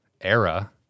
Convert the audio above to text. era